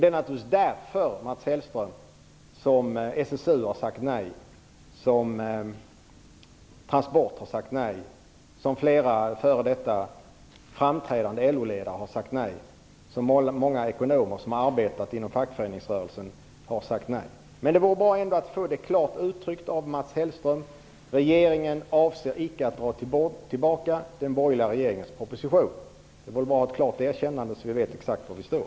Det är naturligtvis därför, Mats Hellström, som SSU har sagt nej. Det är därför som Transport har sagt nej och som flera före detta framträdande LO ledare har sagt nej. Många ekonomer som arbetat inom fackföreningsrörelsen har också sagt nej därför. Men det vore bra att få klart uttryckt av Mats Hellström att regeringen icke avser att dra tillbaka den borgerliga regeringens proposition. Det vore bra med ett klart erkännande, så att vi vet exakt var vi står.